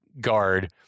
guard